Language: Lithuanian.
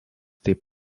taip